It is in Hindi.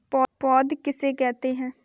पौध किसे कहते हैं?